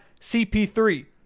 CP3